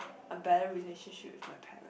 a better relationship with my parent